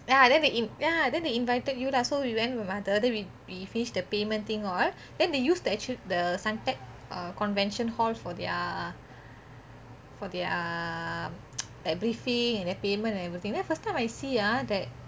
ya then ya then they invited you lah so we went with mother then we we finish the payment thing all then they use the actual the suntec convention hall for their for their like briefing and payment and everything then first time I see ah that